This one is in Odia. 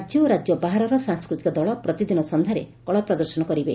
ରାଜ୍ୟ ଓ ରାଜ୍ୟ ବାହାରର ସାଂସ୍କତିକ ଦଳ ପ୍ରତିଦିନ ସନ୍ଧ୍ୟାରେ କଳାପ୍ରଦର୍ଶନ କରିବେ